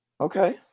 Okay